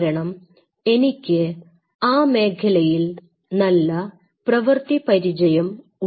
കാരണം എനിക്ക് ആ മേഖലയിൽ നല്ല പ്രവർത്തി പരിചയം ഉണ്ട്